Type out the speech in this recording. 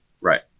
right